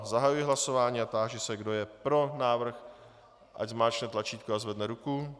Zahajuji hlasování a táži se, kdo je pro návrh, ať zmáčkne tlačítko a zvedne ruku.